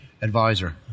Advisor